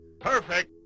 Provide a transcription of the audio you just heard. perfect